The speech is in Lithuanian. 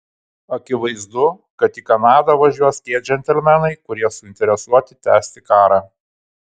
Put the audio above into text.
akivaizdu kad į kanadą važiuos tie džentelmenai kurie suinteresuoti tęsti karą